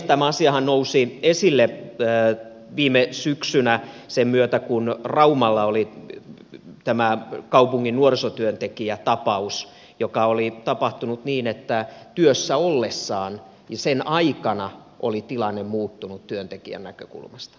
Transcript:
tämä asiahan nousi esille viime syksynä sen myötä että raumalla oli kaupungin nuorisotyöntekijän tapaus joka oli tapahtunut niin että työssäolon aikana tilanne oli muuttunut työntekijän näkökulmasta